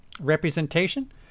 representation